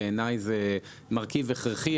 בעיני זה מרכיב הכרחי.